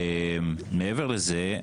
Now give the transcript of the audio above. מעבר לזה,